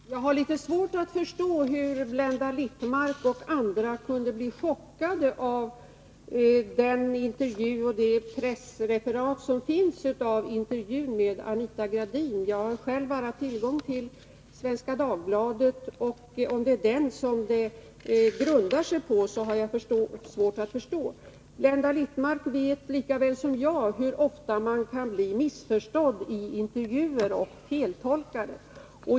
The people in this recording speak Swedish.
Herr talman! Jag har litet svårt att förstå hur Blenda Littmarck och andra kunde bli chockade av den här intervjun och pressreferatet av intervjun med Anita Gradin. Jag har själv bara tillgång till Svenska Dagbladet och om det är Svenska Dagbladets referat som det grundar sig på, har jag svårt att förstå det hela. Blenda Littmarck vet lika väl som jag hur ofta man kan bli missförstådd och feltolkad vid intervjuer.